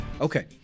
Okay